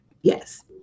Yes